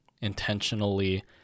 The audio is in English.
intentionally